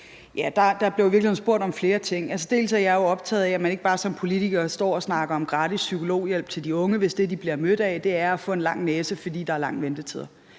spurgt om flere ting. Dels er jeg jo optaget af, at man ikke bare som politiker står og snakker om gratis psykologhjælp til de unge, hvis det, de bliver mødt af, er at få en lang næse, fordi der er lange ventetider.